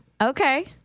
Okay